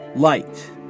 Light